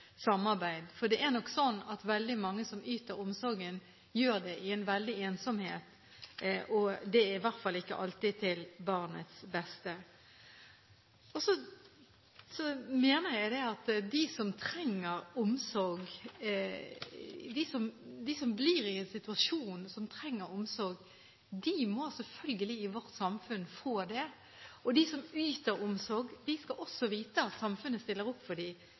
samarbeid. For det er nok sånn at veldig mange som yter omsorg, gjør det i en veldig ensomhet, og det er i hvert fall ikke alltid til barnets beste. Så mener jeg at de som trenger omsorg, de som kommer i en situasjon der de trenger omsorg, de må selvfølgelig få det i vårt samfunn. Og de som yter omsorg, skal også vite at samfunnet stiller opp for dem den dagen de